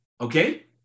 Okay